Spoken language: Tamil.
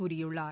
கூறியுள்ளார்